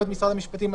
את גמול השעות הנוספות,